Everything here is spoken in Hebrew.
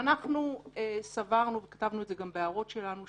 אנחנו סברנו וגם כתבנו את זה בהערות שלנו,